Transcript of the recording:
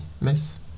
miss